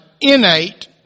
innate